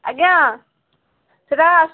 ଆଜ୍ଞା ସେଟା